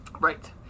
Right